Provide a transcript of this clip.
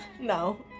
No